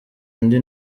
indi